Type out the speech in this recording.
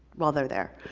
while they're there.